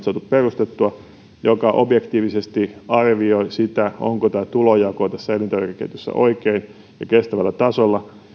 saatu perustettua ruokavaltuutetun elintarvikemarkkinavaltuutetun asiamiehen virka joka objektiivisesti arvioi sitä onko tämä tulonjako tässä elintarvikeketjussa oikein ja kestävällä tasolla